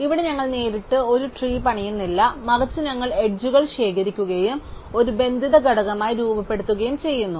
ഇവിടെ ഞങ്ങൾ നേരിട്ട് ഒരു ട്രീ പണിയുന്നില്ല മറിച്ച് ഞങ്ങൾ എഡ്ജുകൾ ശേഖരിക്കുകയും ഒരു ബന്ധിത ഘടകമായി രൂപപ്പെടുകയും ചെയ്യുന്നു